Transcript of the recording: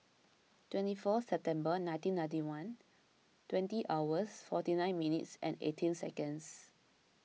twenty four September nineteen ninety one twenty hours forty nine minutes and eighteen seconds